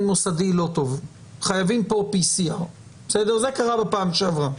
מוסדי לא טוב וחייבים כאן PCR. זה קרה בפעם שעברה.